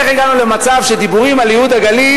איך הגענו למצב שדיבורים על ייהוד הגליל